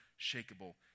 unshakable